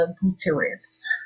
Gutierrez